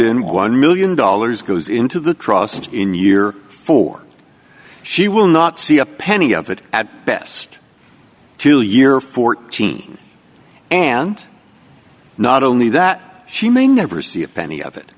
in one million dollars goes into the trust in year four she will not see a penny of it at best two year fourteen and not only that she may never see a penny of it